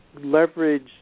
leverage